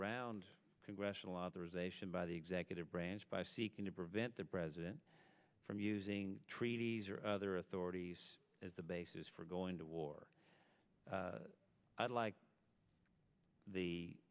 around congressional authorization by the executive branch by seeking to prevent the president from using treaties or other authorities as the basis for going to war i'd like the